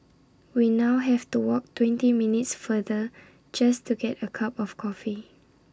we now have to walk twenty minutes further just to get A cup of coffee